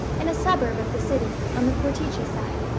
in a suburb of the city, on the portici side.